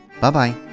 Bye-bye